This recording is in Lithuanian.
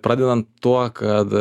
pradedant tuo kad